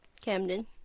Camden